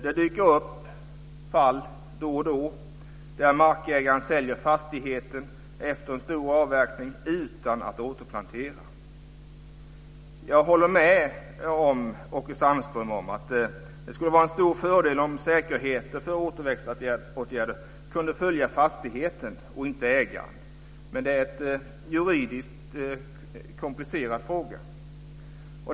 Det dyker upp fall då och då där markägaren säljer fastigheten efter en stor avverkning utan att återplantera. Jag håller med Åke Sandström om att det skulle vara en stor fördel om säkerheten för återväxtåtgärder kunde följa fastigheten och inte ägaren. Men detta är en juridiskt komplicerad fråga.